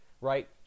Right